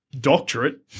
doctorate